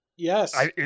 Yes